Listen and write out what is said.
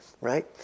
Right